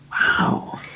Wow